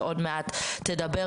שעוד מעט תדבר,